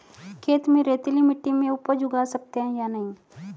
खेत में रेतीली मिटी में उपज उगा सकते हैं या नहीं?